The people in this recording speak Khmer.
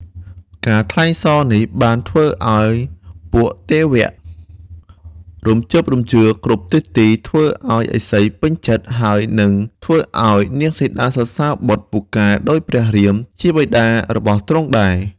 ការថ្លែងសរនេះបានធ្វើឱ្យពួកទេវៈរំជើបរំជួលគ្រប់ទិសទីធ្វើឱ្យឥសីពេញចិត្ត ហើយនិងធ្វើឱ្យនាងសីតាសរសើរបុត្រពូកែដូចព្រះរាមជាបិតារបស់ទ្រង់ដែរ។